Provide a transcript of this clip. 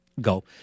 Go